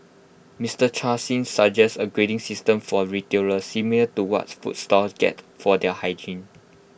Mister chan Sean suggests A grading system for retailers similar to what food stalls get for their hygiene